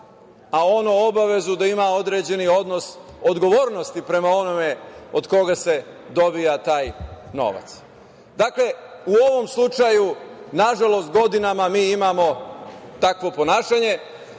a ono obavezu da ima određeni odnos odgovornosti prema onome od koga se dobija taj novac. U ovom slučaju, nažalost, godinama, mi imamo takvo ponašanje,